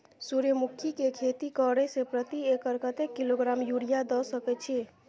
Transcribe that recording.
सूर्यमुखी के खेती करे से प्रति एकर कतेक किलोग्राम यूरिया द सके छी?